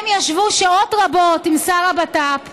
הם ישבו שעות רבות עם השר לביטחון פנים